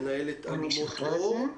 מנהלת אלומות אור.